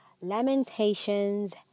Lamentations